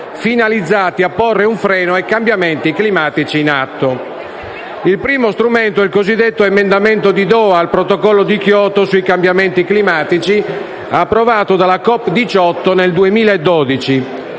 finalizzati a porre un freno ai cambiamenti climatici in atto. Il primo strumento è il cosiddetto Emendamento di Doha al Protocollo di Kyoto sui cambiamenti climatici, approvato dalla COP18 nel 2012.